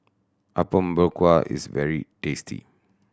Apom Berkuah is very tasty